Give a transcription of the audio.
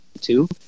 two